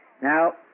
Now